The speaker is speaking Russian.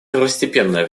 первостепенное